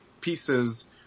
pieces